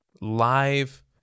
live